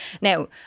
Now